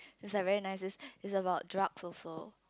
it's like very nice this is about drugs also